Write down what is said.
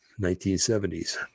1970s